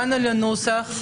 הגענו לנוסח.